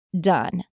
done